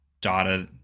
data